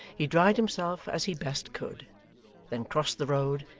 he dried himself as he best could then crossed the road,